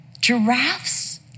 Giraffes